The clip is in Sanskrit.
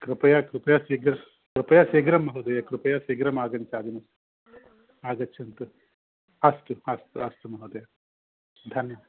कृपया कृपया शीघ्र कृपया शीघ्रं महोदये कृपया शीघ्रम् आगन्तव्यम् आगच्छन्तु अस्तु अस्तु अस्तु महोदया धन्य